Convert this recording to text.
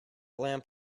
lamp